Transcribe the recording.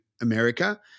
America